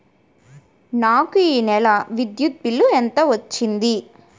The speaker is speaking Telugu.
నాకు ఈ నెల విద్యుత్ బిల్లు ఎంత వచ్చింది?